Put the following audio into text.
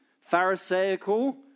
Pharisaical